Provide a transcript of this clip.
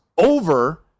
Over